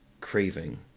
craving